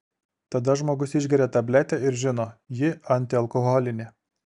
tada žmogus išgeria tabletę ir žino ji antialkoholinė